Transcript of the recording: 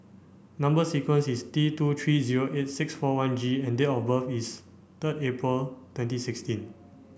number sequence is T two three zero eight six four one G and date of birth is third April twenty sixteen